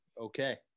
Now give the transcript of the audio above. Okay